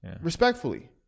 respectfully